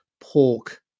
pork